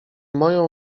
moją